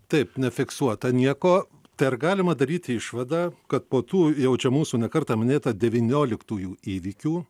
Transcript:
taip nefiksuota nieko tai ar galima daryti išvadą kad po tų jau čia mūsų ne kartą minėta devynioliktųjų įvykių